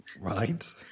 Right